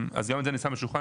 אז גם את זה אני שם על השולחן,